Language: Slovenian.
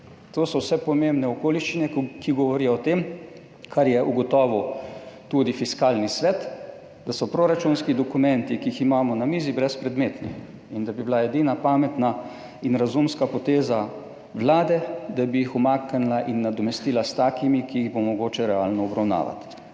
To so vse pomembne okoliščine, ki govorijo o tem, kar je ugotovil tudi Fiskalni svet, da so proračunski dokumenti, ki jih imamo na mizi, brezpredmetni in da bi bila edina pametna in razumska poteza vlade, da bi jih umaknila in nadomestila s takimi, ki jih bo mogoče realno obravnavati.